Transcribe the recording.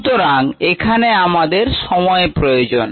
সুতরাং এখানে আমাদের সময় প্রয়োজন